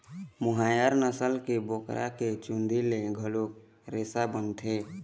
मोहायर नसल के बोकरा के चूंदी ले घलोक रेसा बनथे